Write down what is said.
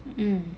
mm